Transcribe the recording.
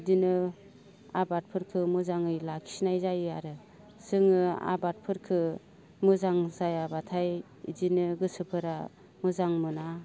इदिनो आबादफोरखौ मोजाङै लाखिनाय जायो आरो जोङो आबादफोरखो मोजां जायाब्लाथाय इदिनो गोसोफोरा मोजां मोना